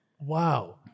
Wow